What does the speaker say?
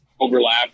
overlap